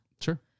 Sure